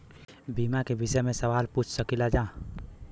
बीमा के विषय मे सवाल पूछ सकीलाजा?